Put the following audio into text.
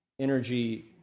energy